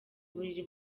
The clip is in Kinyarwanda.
buriri